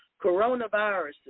coronaviruses